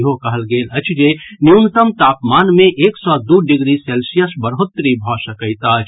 ईहो कहल गेल अछि जे न्यूनतम तापमान मे एक सँ दू डिग्री सेल्सियस बढ़ोतरी भऽ सकैत अछि